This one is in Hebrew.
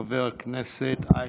חבר הכנסת אייכלר,